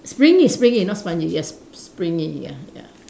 springy springy not spongy yes s~ springy ya ya